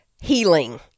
healing